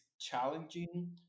challenging